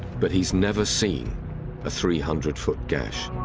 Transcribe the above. but he's never seen a three hundred foot gash.